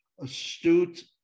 astute